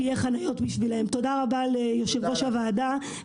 תודה רבה ליושב-ראש הוועדה.